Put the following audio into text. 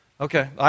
Okay